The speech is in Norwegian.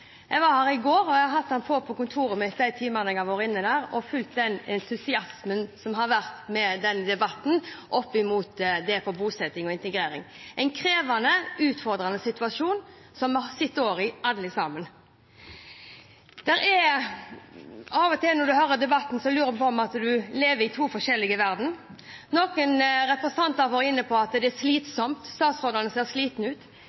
hatt den på på kontoret mitt de timene jeg har vært der, og jeg har fulgt entusiasmen i denne debatten rundt det med bosetting og integrering – en krevende, utfordrende situasjon som vi står i alle sammen. Av og til, når en hører debatten, lurer en på om en lever i to forskjellige verdener. Noen representanter har vært inne på at det er slitsomt, at statsrådene ser slitne ut.